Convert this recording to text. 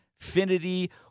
Infinity